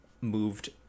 moved